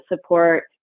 support